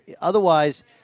otherwise